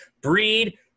breed